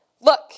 look